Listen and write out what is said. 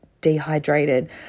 dehydrated